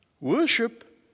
Worship